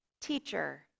teacher